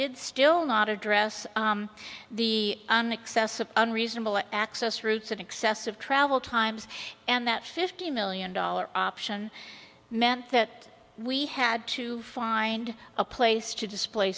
did still not address the an excess of unreasonable access routes and excessive travel times and that fifty million dollars option meant that we had to find a place to displa